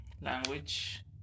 language